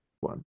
one